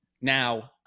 Now